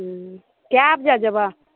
हुँ कय बजे देबह